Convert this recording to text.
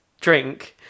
drink